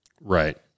right